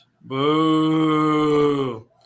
Boo